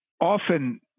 often